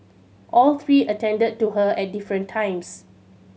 all three attended to her at different times